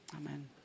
amen